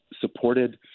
supported